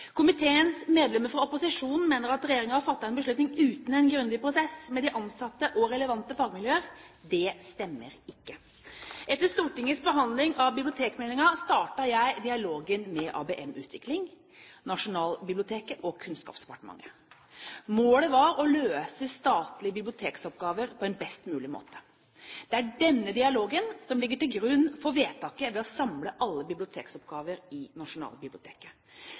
Komiteens medlemmer fra opposisjonen mener at regjeringen har fattet en beslutning uten en grundig prosess med de ansatte og relevante fagmiljøer. Det stemmer ikke. Etter Stortingets behandling av bibliotekmeldingen startet jeg dialogen med ABM-utvikling, Nasjonalbiblioteket og Kunnskapsdepartementet. Målet var å løse statlige bibliotekoppgaver på en best mulig måte. Det er denne dialogen som ligger til grunn for vedtaket om å samle alle bibliotekoppgaver i